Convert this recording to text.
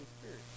Spirit